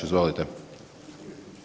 Izvolite.